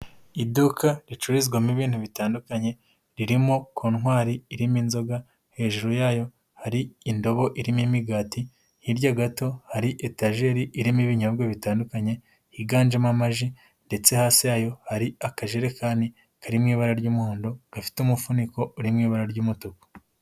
Iduka ricururizwamo ibintuindi bitandukanye, ririmo kontwari irimo inzoga hejuru yayo hari indobo irimo imigati, hirya gato, hari etajeri irimo ibinyobwa bitandukanye higanjemo amaji ndetse hasi yayo hari akajerekani kari mu ibara ry'umuhondo, gafite umufuniko uri mu ibara ry'umutuku.